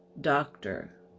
doctor